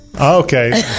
Okay